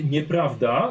Nieprawda